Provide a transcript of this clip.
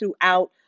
throughout